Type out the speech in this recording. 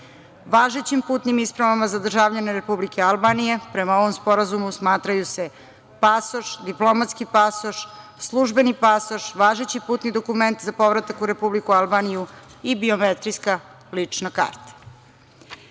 Važećim putnim ispravama za državljane Republike Albanije, prema ovom sporazumu, smatraju se pasoš, diplomatski pasoš, službeni pasoš, važeći putni dokument za povratak u Republiku Albaniju i biometrijska lična karta. Važno